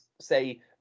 say